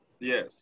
yes